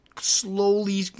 slowly